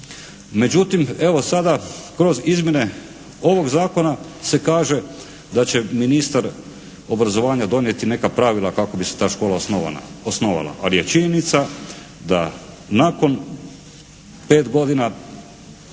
Međutim, evo sada kroz izmjene ovog zakona se kaže da će ministar obrazovanja donijeti neka pravila kako bi se ta škola osnovala. Ali je činjenica da nakon pet godina